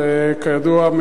וכידוע,